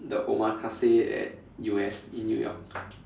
the omakase at U_S in new York